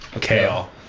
kale